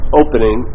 opening